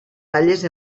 talles